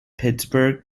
pittsburgh